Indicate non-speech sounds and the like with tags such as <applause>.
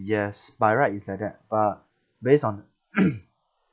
yes by right is like that but based on <coughs>